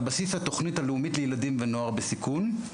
על בסיס התוכנית הלאומית לילדים ולנוער בסיכון,